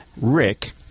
rick